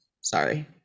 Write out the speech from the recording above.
sorry